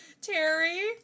Terry